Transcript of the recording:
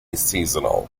seasonal